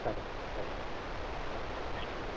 సరే అండి okay okay thank you అండి